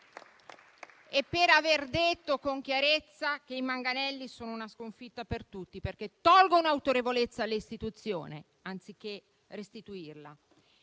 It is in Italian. e per aver detto con chiarezza che i manganelli sono una sconfitta per tutti, perché tolgono autorevolezza alle istituzioni, anziché restituirla.